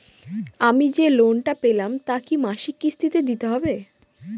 আমি যে লোন টা পেলাম তা কি মাসিক কিস্তি তে দিতে হবে?